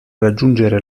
raggiungere